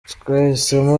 twahisemo